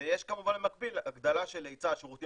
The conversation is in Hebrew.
ויש כמובן במקביל הגדלה של היצע השירותים